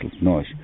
noise